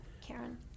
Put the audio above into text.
Karen